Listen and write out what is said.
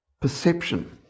perception